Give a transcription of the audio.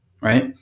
right